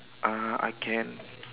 uh I can